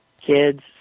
Kids